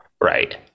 Right